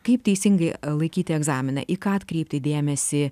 kaip teisingai laikyti egzaminą į ką atkreipti dėmesį